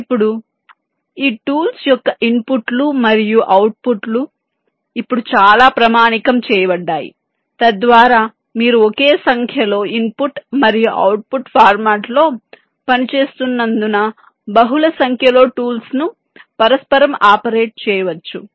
ఇప్పుడు ఈ టూల్స్ యొక్క ఇన్పుట్లు మరియు అవుట్పుట్లు ఇప్పుడు చాలా ప్రామాణికం చేయబడ్డాయి తద్వారా మీరు ఒకే సంఖ్యలో ఇన్పుట్ మరియు అవుట్పుట్ ఫార్మాట్లలో పనిచేస్తున్నందున బహుళ సంఖ్యలో టూల్స్ ను పరస్పరం ఆపరేట్ చేయవచ్చు